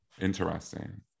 Interesting